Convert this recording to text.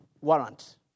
warrant